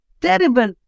terrible